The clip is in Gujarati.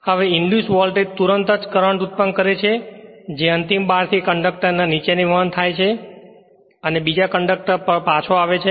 હવે ઇંડ્યુસ વોલ્ટેજ તુરંત જ કરંટ ઉત્પન્ન કરે છે જે અંતિમ બાર થી કંડક્ટર ના નીચેથી વહન થાય છે અને બીજા કંડક્ટર થી પાછો આવે છે